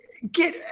get